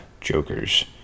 Joker's